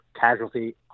casualty